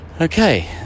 Okay